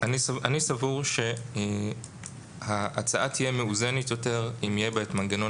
אני סבור שההצעה תהיה מאוזנת יותר אם יהיה בה את מנגנון